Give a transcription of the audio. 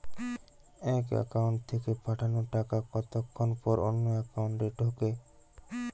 এক একাউন্ট থেকে পাঠানো টাকা কতক্ষন পর অন্য একাউন্টে ঢোকে?